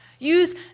Use